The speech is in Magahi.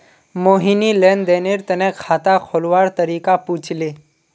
मोहिनी लेन देनेर तने खाता खोलवार तरीका पूछले